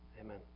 amen